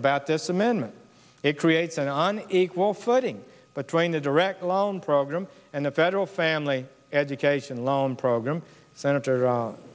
about this amendment it creates an on equal footing but trying to direct loan program and the federal family education loan program senator